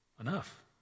enough